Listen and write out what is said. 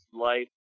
life